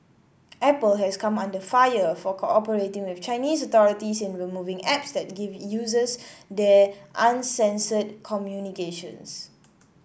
apple has come under fire for cooperating with Chinese authorities in removing apps that give users there uncensored communications